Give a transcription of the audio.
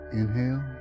inhale